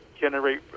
generate